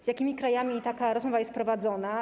Z jakimi krajami taka rozmowa jest prowadzona?